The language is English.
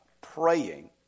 praying